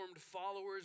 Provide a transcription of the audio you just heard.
followers